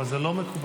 אבל זה לא מקובל.